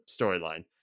storyline